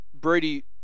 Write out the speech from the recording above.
Brady